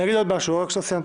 אגיד עוד משהו, לא סיימתי.